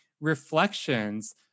reflections